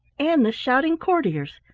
and the shouting courtiers.